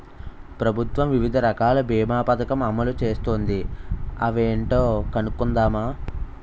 ప్రభుత్వం వివిధ రకాల బీమా పదకం అమలు చేస్తోంది అవేంటో కనుక్కుందామా?